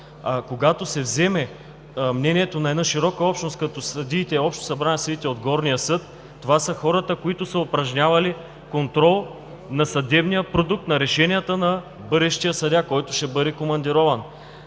когато се вземе мнението на една широка общност, като съдиите, Общо събрание на съдиите от горния съд – това са хората, които са упражнявали контрол на съдебния продукт, на решенията на бъдещия съдия, който ще бъде командирован.